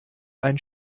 ein